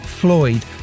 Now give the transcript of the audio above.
Floyd